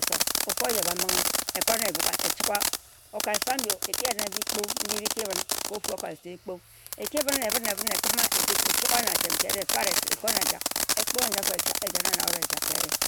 Okaba risua na ofu oyebam binghe. Okabarisua na ofu bikpo. Oki yen bikpo mbi biki bin ka ofu okabarisua bikpo. Ekibin ehbin ekima edik echugha na atem ka erica efare ekuna ehjak. Ekpo anji ejenna na wut ka erica.